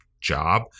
job